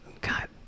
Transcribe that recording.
God